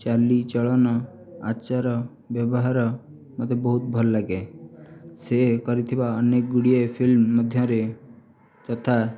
ଚାଲି ଚଳନ ଆଚାର ବ୍ୟବହାର ମୋତେ ବହୁତ ଭଲ ଲାଗେ ସିଏ କରିଥିବା ଅନେକ ଗୁଡ଼ିଏ ଫିଲ୍ମ ମଧ୍ୟରେ ତଥା